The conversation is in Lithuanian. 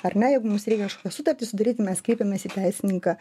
ar ne jeigu mums reikia kažkokią sutartį sudaryti mes kreipiamės į teisininką